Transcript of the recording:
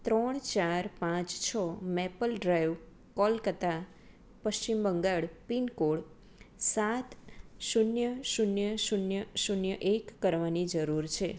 ત્રણ ચાર પાંચ છ Maple Drive Kolkata Paschim Bangal pin code સાત શૂન્ય શૂન્ય શૂન્ય શૂન્ય એક કરવાની જરુર છે